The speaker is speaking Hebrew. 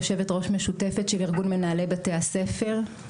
יושבת-ראש משותפת של ארגון מנהלי בתי הספר,